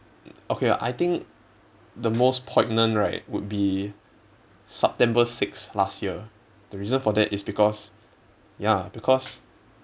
okay I think the most poignant right would be september six last year the reason for that is because ya because